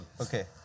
Okay